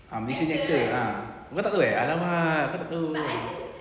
ah malaysia nya actor kau tak tahu eh !alamak! kau tak tahu ah